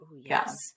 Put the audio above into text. yes